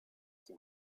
qui